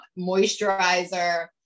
moisturizer